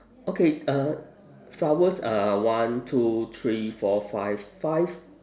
okay uh flowers uh one two three four five five